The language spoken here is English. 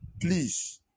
Please